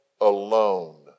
alone